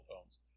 phones